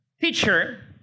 teacher